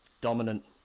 Dominant